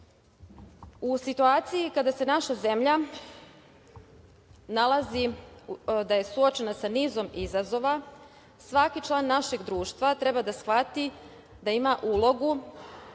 situaciji kada je naša zemlja suočena sa nizom izazova, svaki član našeg društva treba da shvati da ima ulogu